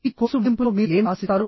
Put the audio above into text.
ఈ కోర్సు ముగింపులో మీరు ఏమి ఆశిస్తారు